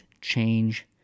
change